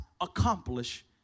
accomplish